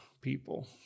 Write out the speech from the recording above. people